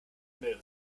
mild